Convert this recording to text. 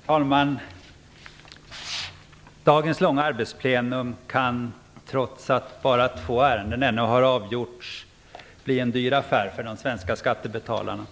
Herr talman! Dagens långa arbetsplenum kan, trots att bara två ärenden hittills har avgjorts bli en dyr affär för de svenska skattebetalarna.